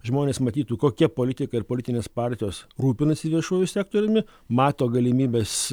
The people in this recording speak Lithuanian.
žmonės matytų kokia politika ir politinės partijos rūpinosi viešuoju sektoriumi mato galimybes